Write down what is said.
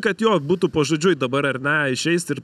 kad jo būtų pažodžiui dabar ar ne išeis ir